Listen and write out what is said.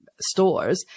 stores